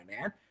man